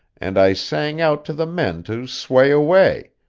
and i sang out to the men to sway away,